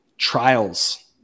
trials